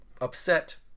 upset